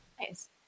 Nice